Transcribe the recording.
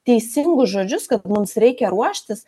teisingus žodžius kad mums reikia ruoštis